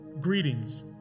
Greetings